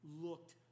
looked